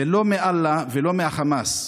זה לא מאללה ולא מהחמאס.